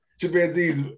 Chimpanzees